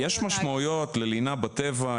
יש משמעויות ללינה בטבע.